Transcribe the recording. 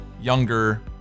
Younger